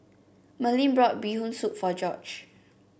Merlyn bought Bee Hoon Soup for George